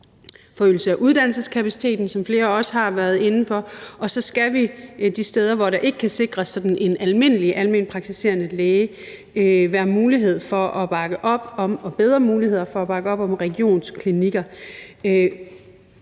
forøgelse af uddannelseskapaciteten, som flere også har været inde på, og så skal vi de steder, hvor der ikke kan sikres sådan en almindelig almenpraktiserende læge, være bedre muligheder for at bakke op om regionsklinikker.